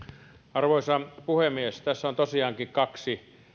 arvoisa puhemies tässä on tosiaankin tavallaan kaksi